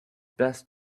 best